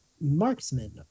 Marksman